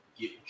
Get